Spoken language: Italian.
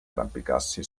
arrampicarsi